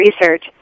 research